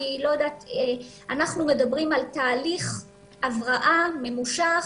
אנחנו מדברים על תהליך הבראה ממושך.